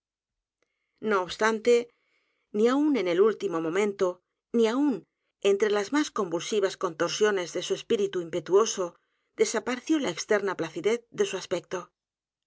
no obstante ni aun en el último momento ni aun entre las más convulsivas contorsiones de su espíritu impetuoso desapareció la externa placidez de su